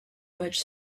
much